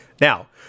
Now